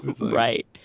Right